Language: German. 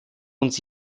uns